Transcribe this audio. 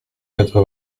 quatre